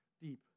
deep